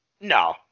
No